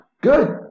good